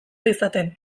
izaten